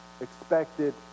expected